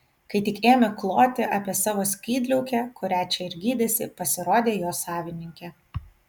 kai tik ėmė kloti apie savo skydliaukę kurią čia ir gydėsi pasirodė jo savininkė